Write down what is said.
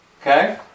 Okay